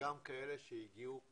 וגם כאלה שהגיעו כחוק.